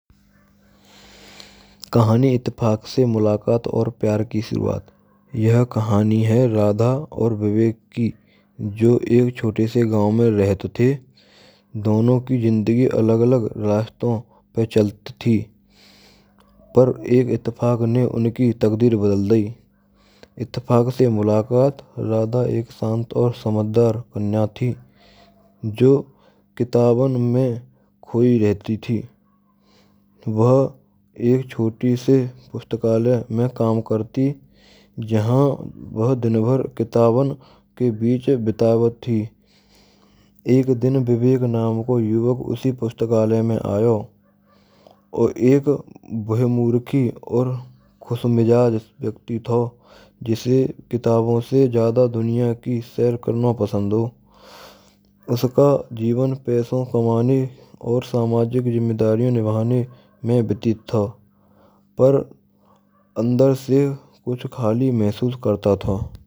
Kahani ittefaq se mulakat aur pyar ki shuruaat yah kahani hai radha aur vivek ki jo ek chhote se gaon mein rahte the donon ki jindagi alag alag raston per chalti thi. Par ek itefaq ne unki takdeer badal dayi itefaq se mulakat radha ek shant aur samajhdar kanya thi jo kitaban mein khoyi rahti thi. Vaha ek chhoti se pustakalay mein kam karti jahan vah dinbhar kitaban ke bich bitaavat thi. Ek din Vivek naam ka yuvak usi pustkalya ma ayo aur ek vahmurkhi aur khushmijaj vyakti tha jise kitabon se jyada duniya ki sair karna pasand ho. Uska jivan paison kamane aur samajik jimmedaariya nibhaane mein vyatit tha par andar se kuchh khali mahsus karta tha.